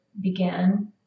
began